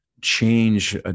change